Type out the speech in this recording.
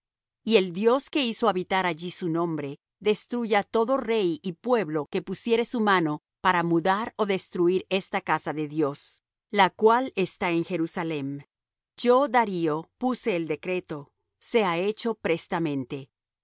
y el dios que hizo habitar allí su nombre destruya todo rey y pueblo que pusiere su mano para mudar ó destruir esta casa de dios la cual está en jerusalem yo darío puse el decreto sea hecho prestamente